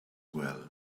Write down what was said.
well